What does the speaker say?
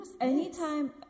anytime